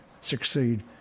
succeed